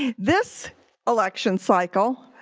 this election cycle,